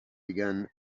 begun